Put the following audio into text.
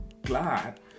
glad